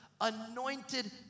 anointed